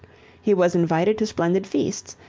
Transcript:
he was invited to splendid feasts,